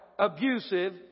abusive